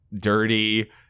dirty